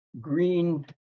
green